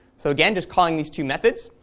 so again, just calling these two methods.